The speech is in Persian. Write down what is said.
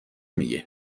میگه